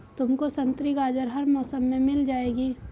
तुमको संतरी गाजर हर मौसम में मिल जाएगी